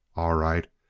all right.